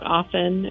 often